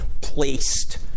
placed